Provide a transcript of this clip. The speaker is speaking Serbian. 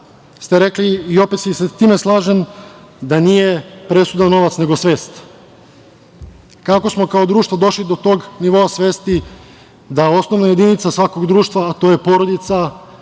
ste rekli i ja se i sa time slažem, da nije presudan novac nego svest. Kako smo kao društvo došli do tog nivoa svesti da osnovna jedinica svakog društva, a to je porodica,